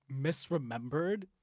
misremembered